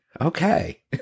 Okay